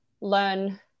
learn